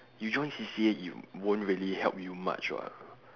you join C_C_A it won't really help you much [what]